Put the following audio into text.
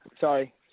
Sorry